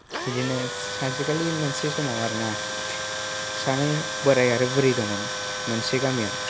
बिदिनो सानसेखालि मोनसे समाव आरो ना सानै बोराइ आरो बुरै दंमोन मोनसे गामियाव